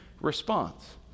response